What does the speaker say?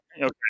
Okay